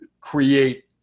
create